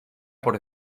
por